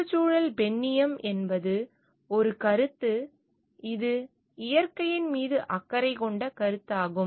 சுற்றுச்சூழல் பெண்ணியம் என்பது ஒரு கருத்து இது இயற்கையின் மீது அக்கறை கொண்ட கருத்தாகும்